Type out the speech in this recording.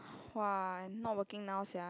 !wah! not working now sia